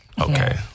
Okay